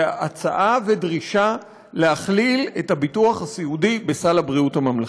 הצעה ודרישה להכליל את הביטוח הסיעודי בסל הבריאות הממלכתי.